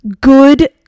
good